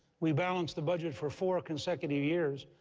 we balanced the budget for four consecutive years,